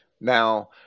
Now